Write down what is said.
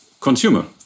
consumer